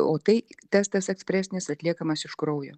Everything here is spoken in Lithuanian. o tai testas ekspresinis atliekamas iš kraujo